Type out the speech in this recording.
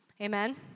Amen